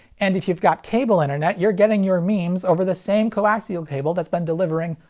and if you've got cable internet, you're getting your memes over the same coaxial cable that's been delivering.